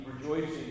rejoicing